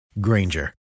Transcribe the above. Granger